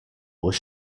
was